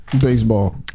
baseball